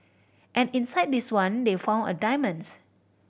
and inside this one they found diamonds